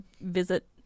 visit